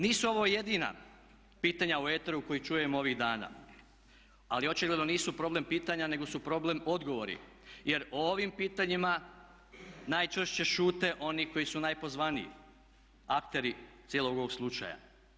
Nisu ovo jedina pitanja u eteru koje čujemo ovih dana, ali očigledno nisu problem pitanja nego su problem odgovori jer o ovim pitanjima najčešće šute oni koji su najpozvaniji akteri cijelog ovog slučaja.